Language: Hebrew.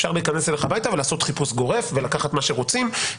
אפשר להיכנס אליך הביתה ולעשות חיפוש גורף ולקחת מה שרוצים,